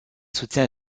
soutient